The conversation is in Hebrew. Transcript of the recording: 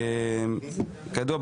"כידוע,